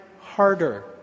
harder